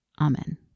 Amen